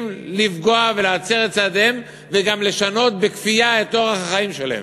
לפגוע ולהצר את צעדיהם וגם לשנות בכפייה את אורח החיים שלהם.